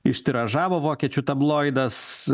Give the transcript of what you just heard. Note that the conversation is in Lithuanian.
ištiražavo vokiečių tabloidas